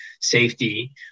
safety